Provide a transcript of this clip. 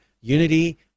unity